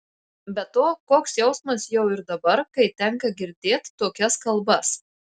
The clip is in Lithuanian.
be to koks jausmas jau ir dabar kai tenka girdėt tokias kalbas